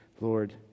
lord